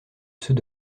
ceux